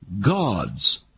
gods